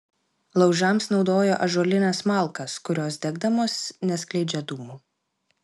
laužams naudojo ąžuolines malkas kurios degdamos neskleidžia dūmų